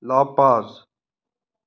la paz